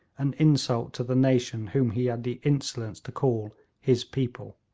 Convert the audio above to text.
an insult to the nation whom he had the insolence to call his people.